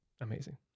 Amazing